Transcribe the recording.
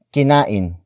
Kinain